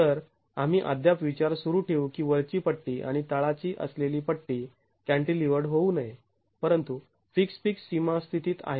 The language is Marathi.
तर आम्ही अद्याप विचार सुरू ठेवू की वरची पट्टी आणि तळा ची असलेली पट्टी कॅण्टिलीवर्ड होऊ नये परंतु फिक्स्ड् फिक्स्ड् सीमा स्थितीत आहेत